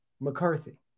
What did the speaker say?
McCarthy